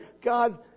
God